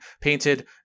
painted